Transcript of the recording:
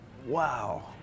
Wow